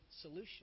solution